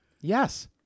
Yes